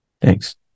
Thanks